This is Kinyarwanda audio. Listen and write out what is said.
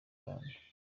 rwanda